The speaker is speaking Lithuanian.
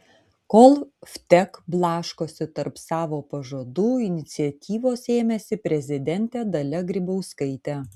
kol vtek blaškosi tarp savo pažadų iniciatyvos ėmėsi prezidentė dalia grybauskaitė